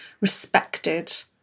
respected